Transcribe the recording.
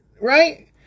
right